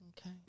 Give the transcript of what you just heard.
Okay